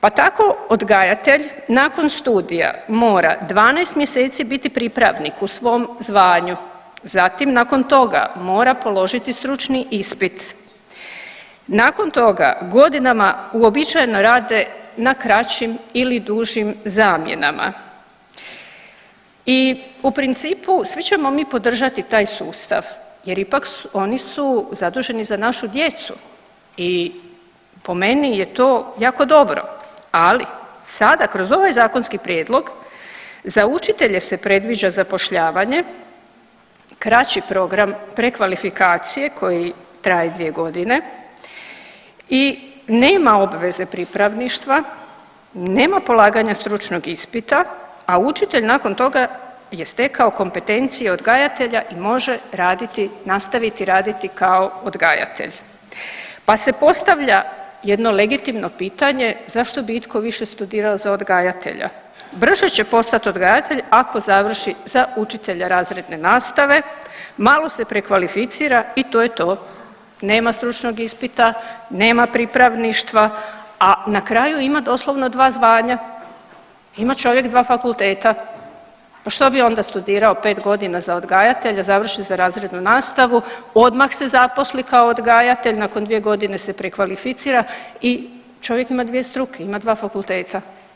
Pa tako odgajatelj nakon studija mora 12 mjeseci biti pripravnik u svom zvanju, zatim nakon toga mora položiti stručni ispit, nakon toga godinama uobičajeno rade na kraćim ili dužim zamjenama i u principu svi ćemo mi podržati taj sustav jer ipak oni su zaduženi za našu djecu i po meni je to jako dobro, ali sada kroz ovaj zakonski prijedlog za učitelje se predviđa zapošljavanje, kraći program prekvalifikacije koji traje 2.g. i nema obveze pripravništva, nema polaganja stručnog ispita, a učitelj nakon toga je stekao kompetencije odgajatelja i može raditi, nastaviti raditi kao odgajatelj, pa se postavlja jedno legitimno pitanje zašto bi itko više studirao za odgajatelja, brže će postat odgajatelj ako završi za učitelja razredne nastave, malo se prekvalificira i to je to, nema stručnog ispita, nema pripravništva, a na kraju ima doslovno dva zvanja, ima čovjek dva fakulteta, pa što bi onda studirao 5.g. za odgajatelja, završi za razrednu nastavu, odmah se zaposli kao odgajatelj, nakon 2.g. se prekvalificira i čovjek ima dvije struke, ima dva fakulteta.